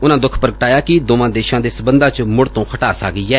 ਉਨਾਂ ਦੁੱਖ ਪ੍ਰਗਟਾਇਆ ਕਿ ਦੋਵਾਂ ਦੇਸ਼ਾਂ ਦੇ ਸਬੰਧਾਂ ਚ ਮੁੜ ਤੋਂ ਖਟਾਸ ਆ ਗਈ ਏ